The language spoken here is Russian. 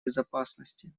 безопасности